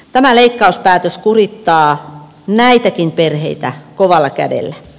tämä leikkauspäätös kurittaa näitäkin perheitä kovalla kädellä